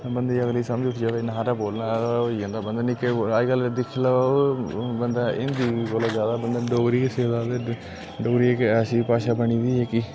बंदे अगले ई समझ उठी अ'वे इन्ना हारा बोलना होई जंदा निक्के अज्जकल दिक्खी लैओ बन्दा हिन्दी कोला ज्यादा बंदा डोगरी गै सिखदा ते डोगरी इक ऐसी भाशा बनी दी जेह्की